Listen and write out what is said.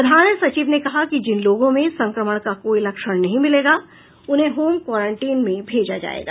प्रधान सचिव ने कहा कि जिन लोगों में संक्रमण का कोई लक्षण नहीं मिलेगा उन्हें होम क्वारंटाइन में भेजा जायेगा